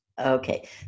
Okay